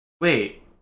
Wait